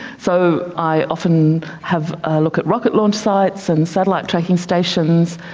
so i often have a look at rocket launch sites and satellite tracking stations,